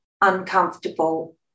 uncomfortable